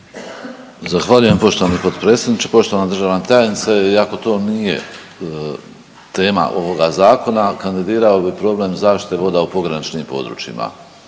Zahvaljujem poštovani potpredsjedniče. Poštovana državna tajnice. Iako to nije tema ovoga zakona kandidirao bi problem zaštite voda u pograničnim područjima